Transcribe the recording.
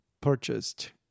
purchased